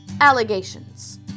allegations